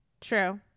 True